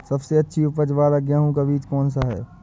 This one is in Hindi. सबसे अच्छी उपज वाला गेहूँ का बीज कौन सा है?